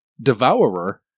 devourer